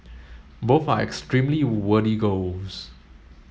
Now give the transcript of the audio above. both are extremely goals